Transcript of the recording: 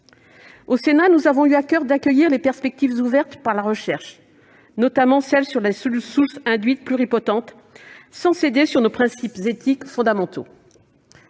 Au Sénat, nous avons eu à coeur d'accueillir les perspectives ouvertes par la recherche, notamment sur les cellules souches induites pluripotentes, sans céder sur nos principes éthiques fondamentaux.